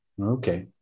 Okay